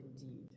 indeed